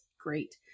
great